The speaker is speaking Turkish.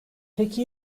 peki